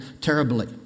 terribly